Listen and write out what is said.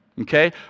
Okay